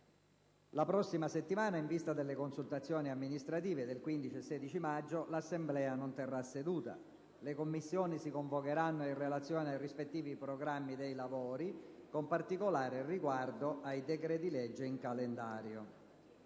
La prossima settimana, in vista delle consultazioni amministrative del 15 e 16 maggio, l'Assemblea non terrà seduta. Le Commissioni si convocheranno in relazione ai rispettivi programmi dei lavori, con particolare riguardo ai decreti-legge in calendario.